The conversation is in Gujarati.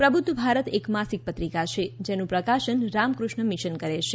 પ્રબુધ્ધ ભારત એક માસિક પત્રિકા છે જેનું પ્રકાશન રામકૃષ્ણ મિશન કરે છે